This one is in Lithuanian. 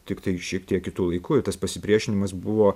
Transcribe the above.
tiktai šiek tiek kitu laiku ir tas pasipriešinimas buvo